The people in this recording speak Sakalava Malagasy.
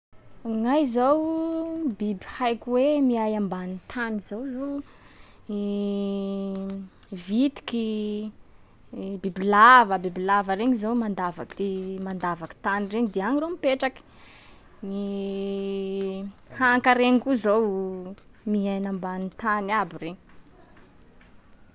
Agnahy zao, biby haiko hoe miay ambany tany zao: i vitiky, bibilava- bibilava regny zao mandavaky ti- manadavaky tany reny de agny reo mipetraky. Ny kanka reny koa zao, miaina ambany tany aby reny.